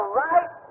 right